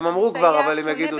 הם כבר אמרו, אבל הם יגידו שוב.